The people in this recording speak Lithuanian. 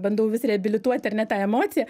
bandau vis reabilituot ar ne tą emociją